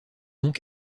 donc